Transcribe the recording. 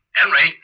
Henry